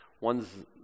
One's